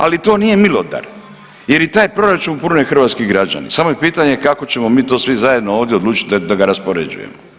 Ali to nije milodar, jer i taj proračun pune hrvatski građani samo je pitanje kako ćemo mi to svi zajedno ovdje odlučiti da ga raspoređujemo.